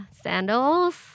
sandals